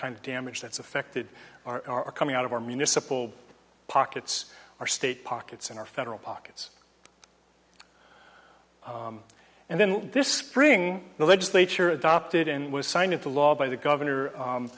kind of damage that's affected are coming out of our municipal pockets or state pockets in our federal pockets and then this spring the legislature adopted and was signed into law by the governor